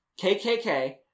KKK